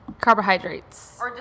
Carbohydrates